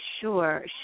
sure